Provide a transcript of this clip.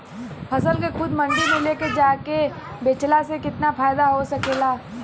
फसल के खुद मंडी में ले जाके बेचला से कितना फायदा हो सकेला?